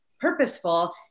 purposeful